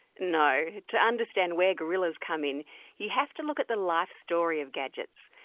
no. to understand where gorillas come in you have to look at the life story of gadgets.